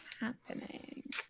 happening